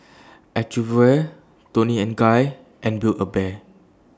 Acuvue Toni and Guy and Build A Bear